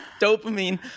dopamine